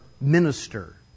minister